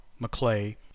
McClay